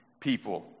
people